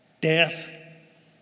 Death